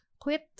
quit